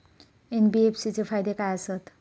NBFC चे फायदे खाय आसत?